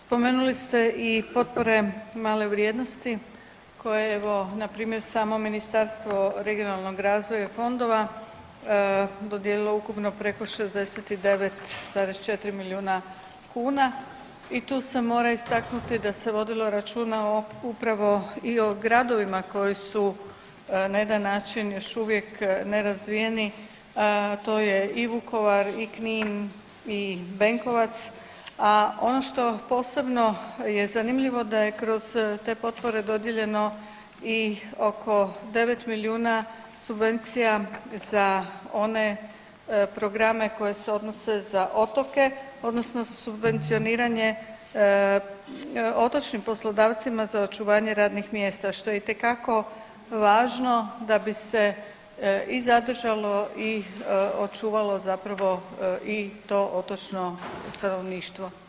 Spomenuli ste i potpore male vrijednosti koje evo npr. sami Ministarstvo regionalnog razvoja i fondova dodijelilo ukupno preko 69,4 milijuna kuna i tu se mora istaknuti da se vodilo računa upravo i o gradovima koji su na jedan način još uvijek nerazvijeni, to je i Vukovar i Knin i Benkovac, a ono što posebno je zanimljivo da je kroz te potpore dodijeljeno i oko 9 milijuna subvencija za one programe koje se odnose za otoke odnosno subvencioniranje otočnim poslodavcima za očuvanje radnih mjesta, što je itekako važno da bi se i zadržalo i očuvalo i to otočno stanovništvo.